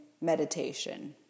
meditation